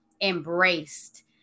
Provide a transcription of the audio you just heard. embraced